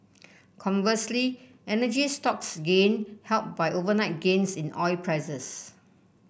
conversely energy stocks gained helped by overnight gains in oil prices